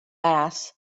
mass